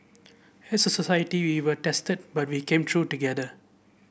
as a society we were tested but we came through together